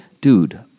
dude